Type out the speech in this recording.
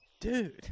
dude